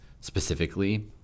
specifically